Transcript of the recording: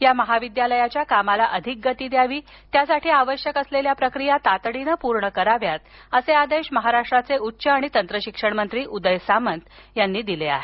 या महाविद्यालयाच्या कामाला अधिक गती द्यावी यासाठी आवश्यक ती प्रक्रिया तातडीने पूर्ण करावी असे आदेश महाराष्ट्राचे उच्च आणि तंत्र शिक्षण मंत्री उदय सामंत यांनी दिले आहेत